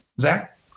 Zach